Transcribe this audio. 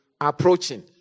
approaching